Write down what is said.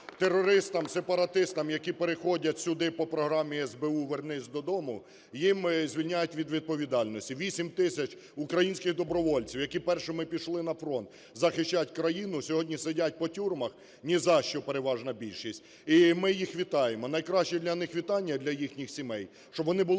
Терористам, сепаратистам, які переходять сюди по програмі СБУ "Вернись додому", їх звільняють від відповідальності. 8 тисяч українських добровольців, які першими пішли на фронт захищати країну, сьогодні сидять по тюрмах нізащо, переважна більшість. І ми їх вітаємо, найкращі для них вітання, для їхніх сімей, щоб вони були звільнені.